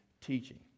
teaching